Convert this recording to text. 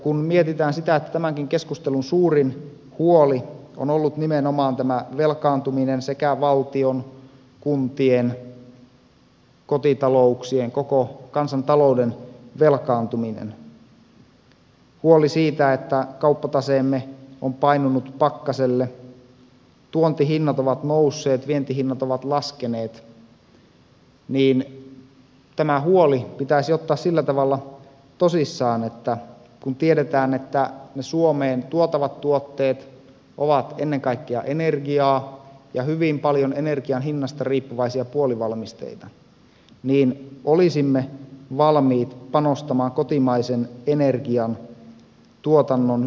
kun mietitään sitä että tämänkin keskustelun suurin huoli on ollut nimenomaan tämä velkaantuminen valtion kuntien kotitalouksien koko kansantalouden velkaantuminen huoli siitä että kauppataseemme on painunut pakkaselle tuontihinnat ovat nousseet vientihinnat ovat laskeneet niin tämä huoli pitäisi ottaa sillä tavalla tosissaan että kun tiedetään että ne suomeen tuotavat tuotteet ovat ennen kaikkea energiaa ja hyvin paljon energian hinnasta riippuvaisia puolivalmisteita niin olisimme valmiit panostamaan kotimaisen energiantuotannon hyödyntämiseen